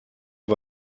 die